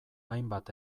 hainbat